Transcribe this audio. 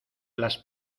las